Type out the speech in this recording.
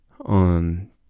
on